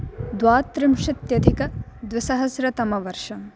द्वात्रिंशत्यधिकद्विसहस्रतमवर्षम्